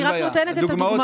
אני רק נותנת את הדוגמאות.